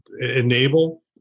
enable